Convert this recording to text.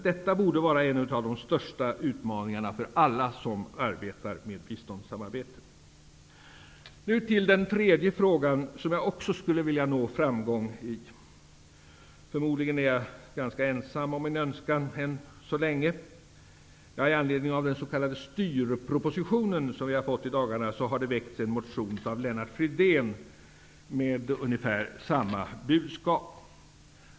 Detta borde vara en av de största utmaningarna för alla som arbetar med biståndssamarbete. Nu vill jag tala om en tredje fråga. Den skulle jag också vilja nå framgång i. Jag är förmodligen än så länge ganska ensam om min önskan. I anledning av den s.k. styrproposition som vi har fått i dagarna har dock Lennart Fridén väckt en motion med ungefär samma budskap.